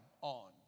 on